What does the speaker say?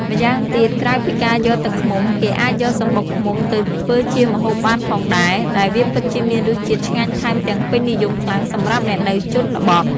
ម្យ៉ាងទៀត ក្រៅពីការយកទឹកឃ្មុំ គេអាចយកសំបុកឃ្មុំទៅធ្វើជាម្ហូបបានផងដែរ ដែលវាពិតជាមានរសជាតិឆ្ងាញ់ថែមទាំងពេញនិយមខ្លាំងសម្រាប់អ្នកនៅជនបទ។